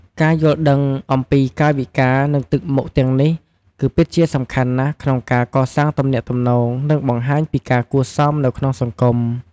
ការយល់ដឹងអំពីកាយវិការ និងទឹកមុខទាំងនេះ គឺពិតជាសំខាន់ណាស់ក្នុងការកសាងទំនាក់ទំនងល្អ និងបង្ហាញពីការគួរសមនៅក្នុងសង្គម។